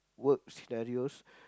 work scenarios